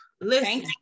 Listen